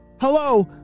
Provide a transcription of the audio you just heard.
Hello